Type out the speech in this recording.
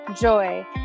joy